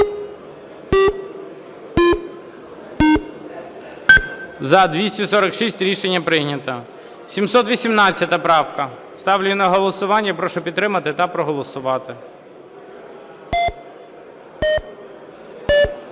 За-246 Рішення прийнято. 718 правка. Ставлю її на голосування. Прошу підтримати та проголосувати.